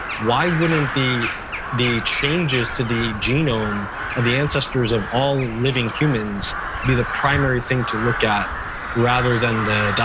why wouldn't the the changes to the genome of the ancestors of all living humans be the primary thing to look at rather than the.